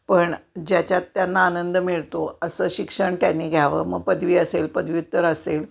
पण ज्याच्यात त्यांना आनंद मिळतो असं शिक्षण त्यांनी घ्यावं मग पदवी असेल पदव्युत्तर असेल